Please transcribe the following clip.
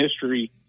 history